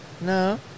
No